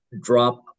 drop